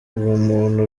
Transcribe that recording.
ubumuntu